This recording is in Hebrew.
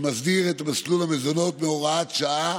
שמסדיר את מסלול המזונות בהוראת שעה,